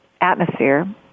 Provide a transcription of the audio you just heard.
atmosphere